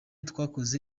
twakoze